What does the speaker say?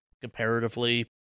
comparatively